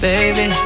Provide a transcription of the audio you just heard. Baby